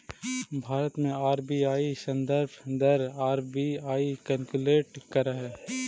भारत में आर.बी.आई संदर्भ दर आर.बी.आई कैलकुलेट करऽ हइ